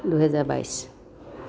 দুহেজাৰ বাইছ